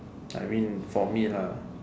I mean for me lah